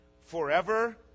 forever